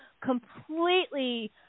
completely –